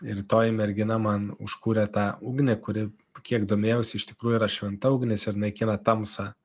ir toji mergina man užkūrė tą ugnį kuri kiek domėjausi iš tikrųjų yra šventa ugnis ir naikina tamsą